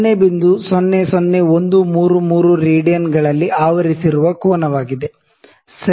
00133 ರೇಡಿಯನ್ಗಳಲ್ಲಿ ಆವರಿಸಿರುವ ಕೋನವಾಗಿದೆ ಸರಿ